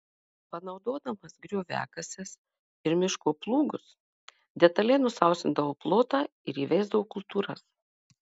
panaudodamas grioviakases ir miško plūgus detaliai nusausindavo plotą ir įveisdavo kultūras